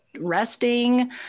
resting